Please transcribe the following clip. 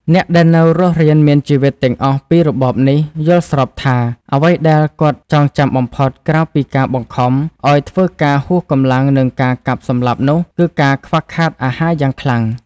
អ្នក ដែលនៅរស់រានមានជីវិតទាំងអស់ពីរបបនេះ យល់ស្របថា អ្វីដែល គាត់ចងចាំបំផុតក្រៅពីការបង្ខំឱ្យធ្វើការហួសកម្លាំងនិងការកាប់សម្លាប់ នោះ គឺការខ្វះខាតអាហារយ៉ាងខ្លាំង ។